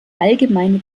allgemeine